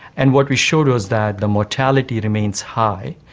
and what we showed was that the mortality remains high,